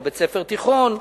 או בית-ספר תיכון.